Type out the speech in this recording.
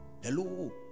Hello